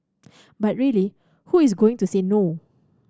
but really who is going to say no